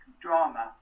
drama